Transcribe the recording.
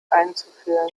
einzuführen